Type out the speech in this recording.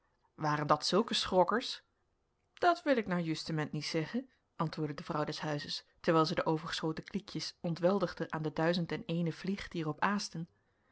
waren dat zulke schrokkers dat wil ik nou justement niet zeggen antwoordde de vrouw des huizes terwijl zij de overgeschoten kliekjes ontweldigde aan de duizend en eene vlieg